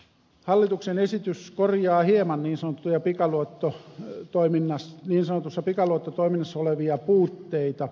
hallituksen esitys korjaa hieman niin sanotussa pikaluottotoiminnassa olevia puutteita